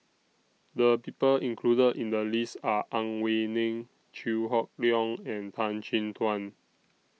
The People included in The list Are Ang Wei Neng Chew Hock Leong and Tan Chin Tuan